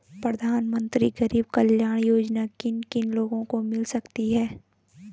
प्रधानमंत्री गरीब कल्याण योजना किन किन लोगों को मिल सकती है?